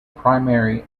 primary